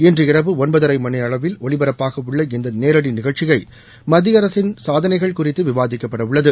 இன்று இரவு ஒன்பதரை மணிக்கு அளவில் ஒலிபரப்பாகவுள்ள இந்த நேரடி நிகழ்ச்சியை மத்திய அரசின் சாதனைகள் குறித்து விவாதிக்கப்பட உள்ளது